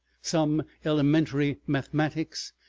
some elementary mathematics,